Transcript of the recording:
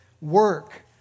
work